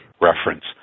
reference